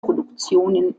produktionen